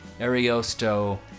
Ariosto